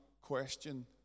question